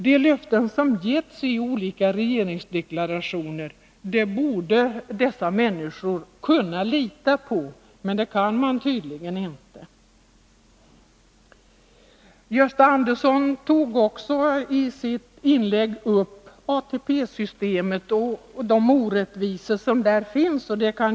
De löften som getts i olika regeringsdeklarationer borde dessa människor kunna lita på, men det kan de tydligen inte. Gösta Andersson tog i sitt inlägg också upp ATP-systemet och de orättvisor som där finns.